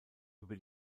über